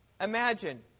Imagine